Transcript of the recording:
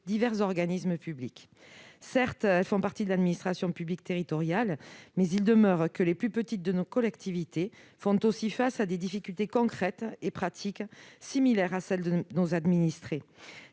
divers organismes publics. Certes, elles font partie de l'administration publique territoriale. Il n'en demeure pas moins que les plus petites de nos collectivités font aussi face à des difficultés concrètes et pratiques, similaires à celles de nos administrés.